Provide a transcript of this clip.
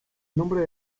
nombre